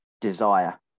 desire